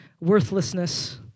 worthlessness